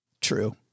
True